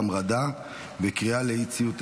כשאתה שואל אותי אם יש מקום לאלה שפינו אותם.